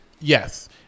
Yes